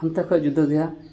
ᱦᱟᱱᱛᱮ ᱠᱷᱚᱱ ᱡᱩᱫᱟᱹ ᱜᱮᱭᱟ